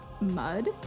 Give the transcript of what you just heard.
Mud